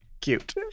Cute